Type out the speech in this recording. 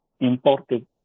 imported